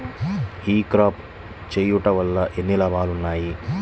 ఈ క్రాప చేయుట వల్ల ఎన్ని లాభాలు ఉన్నాయి?